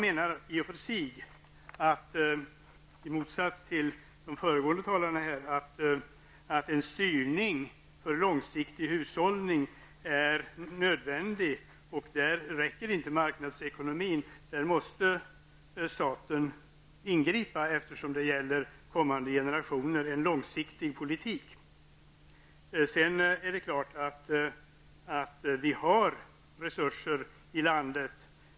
I och för sig menar jag, i motsats till vad föregående talare sade, att det är nödvändigt med styrning beträffande en långsiktig hushållning. Då räcker det inte med marknadsekonomin, utan då måste staten ingripa. Det gäller ju kommande generationer, dvs. en långsiktig politik. Det är klart att det finns resurser i landet.